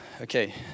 Okay